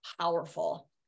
powerful